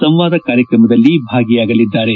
ಸಂವಾದ ಕಾರ್ಯಕ್ರಮದಲ್ಲಿ ಭಾಗಿಯಾಗಲಿದ್ದಾರೆ